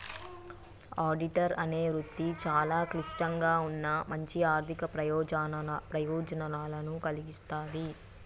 auditor అనే వృత్తి చాలా క్లిష్టంగా ఉన్నా మంచి ఆర్ధిక ప్రయోజనాలను కల్గిస్తాది